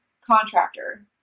contractor